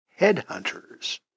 headhunters